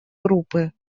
группы